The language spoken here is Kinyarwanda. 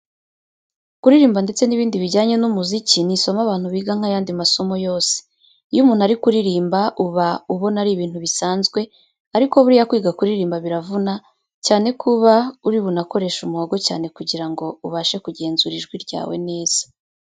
Kuririmba ndetse n'ibindi bijyanye n'umuziki, ni isomo abantu biga nk'ayandi masomo yose. Iyo umuntu ari kuririmba uba ubona ari ibintu bisanzwe ariko buriya kwiga kuririmba biravuna, cyane ko uba uri bunakoreshe umuhogo cyane kugira ngo ubashe kugenzura ijwi ryawe neza.